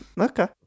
Okay